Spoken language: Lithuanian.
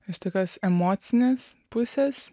iš tokios emocinės pusės